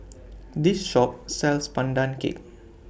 This Shop sells Pandan Cake